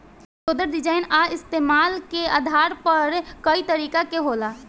loader design आ इस्तमाल के आधार पर कए तरीका के होला